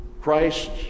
Christ